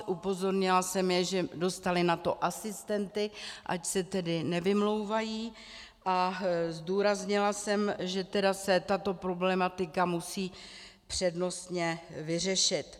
Upozornila jsem je, že dostali na to asistenty, ať se tedy nevymlouvají, a zdůraznila jsem, že tedy se tato problematika musí přednostně vyřešit.